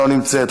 לא נמצאת,